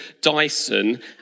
Dyson